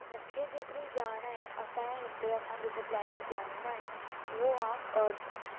मूंखे जेतिरी ॼाण आहे असां जे हिते असां जेको प्लैनिट ॼाणींदा आहियूं उहो आहे अर्थ